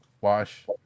wash